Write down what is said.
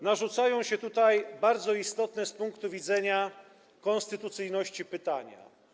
Narzucają się tutaj bardzo istotne z punktu widzenia konstytucyjności pytania.